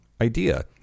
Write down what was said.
idea